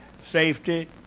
safety